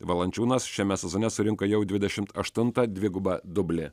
valančiūnas šiame sezone surinko jau dvidešimt aštuntą dvigubą dublį